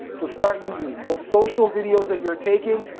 so start using it. those social videos that you're taking,